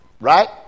Right